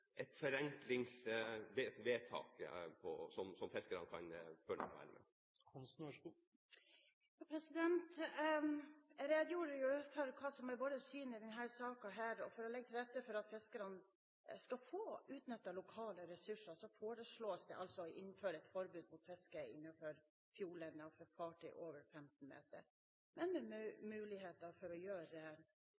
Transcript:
forenklingsvedtak som fiskerne kan føle seg vel med? Jeg redegjorde for hva som er vårt syn i denne saken. Den handler om å legge til rette for at fiskerne skal få utnyttet lokale ressurser, og da foreslås det å innføre et forbud mot fiske innenfor fjordlinjene for fartøy over 15 meter, men med muligheter for å gjøre unntak. Ja, Arbeiderpartiet registrerer at dette forslaget er omstridt, men vi er enig i at det er